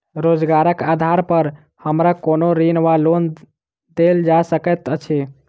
रोजगारक आधार पर हमरा कोनो ऋण वा लोन देल जा सकैत अछि?